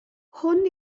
hwn